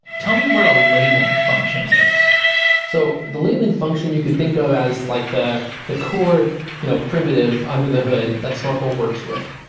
tell me what a labeling function is so the labeling function, you could think of as like the the core you know primitive under the hood that snorkel works with.